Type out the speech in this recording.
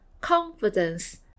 confidence